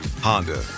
Honda